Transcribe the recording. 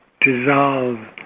dissolve